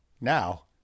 Now